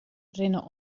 rinne